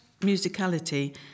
musicality